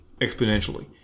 exponentially